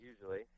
usually